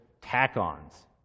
tack-ons